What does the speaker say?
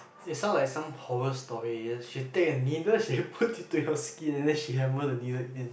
it sound like some horror story she take a needle she put it to your skin and then she hammer the needle in